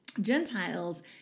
Gentiles